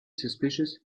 suspicious